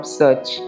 search